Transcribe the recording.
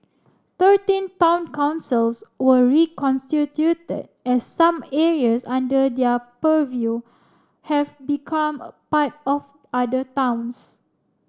thirteen town councils were reconstituted as some areas under their purview have become part of other towns